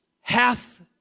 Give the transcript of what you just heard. hath